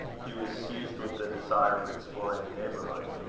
he was seized with the desire of exploring the neighbourhood.